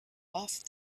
off